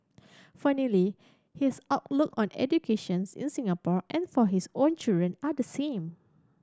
funnily his outlook on educations in Singapore and for his own children are the same